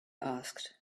asked